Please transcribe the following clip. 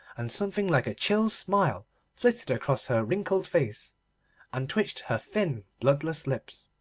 and something like a chill smile flitted across her wrinkled face and twitched her thin bloodless lips.